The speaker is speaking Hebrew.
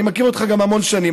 אני מכיר אותך גם המון שנים,